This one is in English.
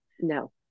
No